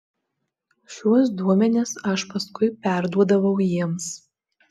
šiuos duomenis aš paskui perduodavau jiems